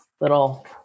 little